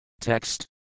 Text